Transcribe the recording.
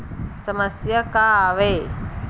समस्या का आवे?